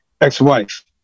ex-wife